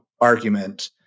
argument